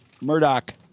Murdoch